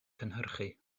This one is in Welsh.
cynhyrchu